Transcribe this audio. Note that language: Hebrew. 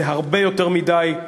זה הרבה יותר מדי.